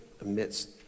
amidst